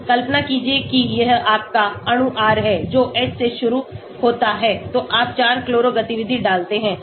कल्पना कीजिए कि यह आपका अणु R है जो H से शुरू होता है तो आप 4 क्लोरो गतिविधि डालते हैं